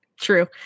True